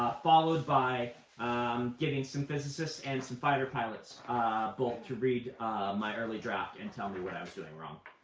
followed by um getting some physicists and some fighter pilots both to read my early draft and tell me what i was doing wrong.